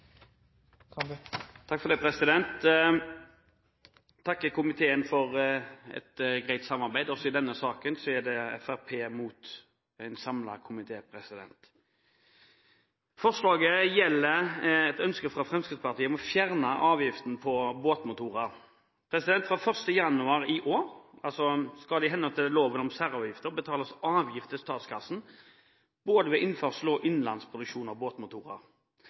komiteen for et greit samarbeid. Også i denne saken står Fremskrittspartiet mot en samlet komité. Forslaget gjelder et ønske fra Fremskrittspartiet om å fjerne avgiften på båtmotorer. Fra 1. januar i år skal det i henhold til loven om særavgifter betales avgift til statskassen både ved innførsel og innenlands produksjon av båtmotorer